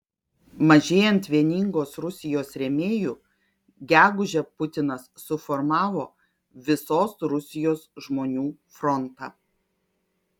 mažėjant vieningos rusijos rėmėjų gegužę putinas suformavo visos rusijos žmonių frontą